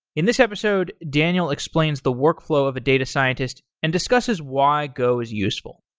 in this episode, daniel explains the workflow of a data scientists and discusses why go is useful.